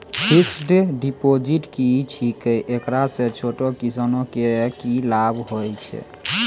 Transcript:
Fixed deposit की छिकै, एकरा से छोटो किसानों के की लाभ छै?